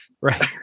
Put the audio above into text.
Right